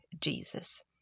Jesus